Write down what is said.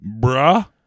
Bruh